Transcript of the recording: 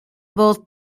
both